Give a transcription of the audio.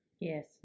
Yes